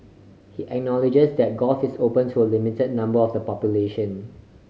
he acknowledges that golf is open to a limited number of the population